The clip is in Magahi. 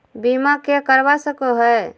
बीमा के करवा सको है?